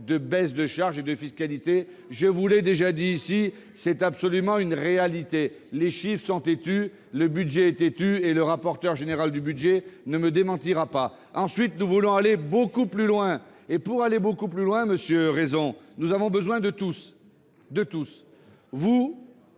du budget 2019. Je vous l'ai déjà dit ici, c'est une réalité. Les chiffres sont têtus, le budget est têtu, et le rapporteur général du budget ne me démentira pas. Ensuite, nous voulons aller beaucoup plus loin, et pour aller beaucoup plus loin, monsieur Raison, nous avons besoin de tous. Comme